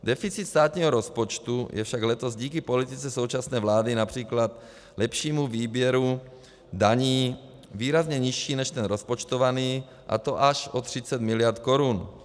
Deficit státního rozpočtu je však letos díky politice současné vlády, např. lepšímu výběru daní, výrazně nižší než ten rozpočtovaný, a to až o 30 mld. korun.